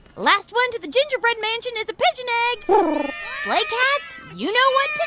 last one to the gingerbread mansion is a pigeon egg sleigh cats, you know what